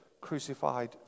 crucified